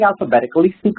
alphabetically